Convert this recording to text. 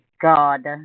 God